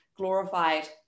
Glorified